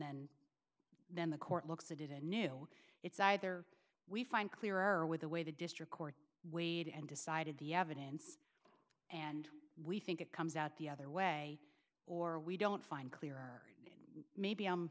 then then the court looks at it a new it's either we find clearer with the way the district court weighed and decided the evidence and we think it comes out the other way or we don't find clear or maybe